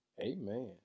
amen